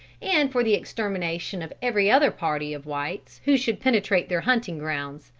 and for the extermination of every other party of whites who should penetrate their hunting grounds.